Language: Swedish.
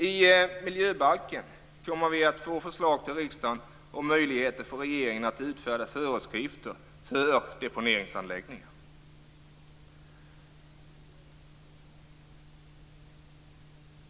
I miljöbalken kommer vi att få förslag till riksdagen om möjligheter för regeringen att utfärda föreskrifter för deponeringsanläggningar.